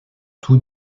tous